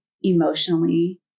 emotionally